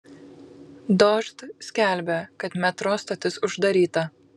dožd skelbia kad metro stotis uždaryta